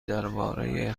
درباره